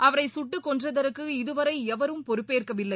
அவரை சுட்டுக் கொன்றதற்கு இது வரை எவரும் பொறுப்பேற்கவில்லை